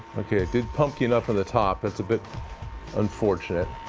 okay, it did pumpkin up on the top. that's a bit unfortunate.